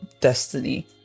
destiny